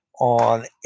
on